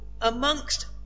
amongst